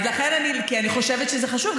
כי אני חושבת שזה חשוב.